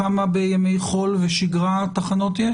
כמה תחנות יש